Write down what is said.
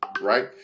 right